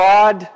God